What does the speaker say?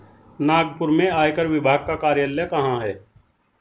नागपुर में आयकर विभाग का कार्यालय कहाँ है?